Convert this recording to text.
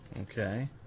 okay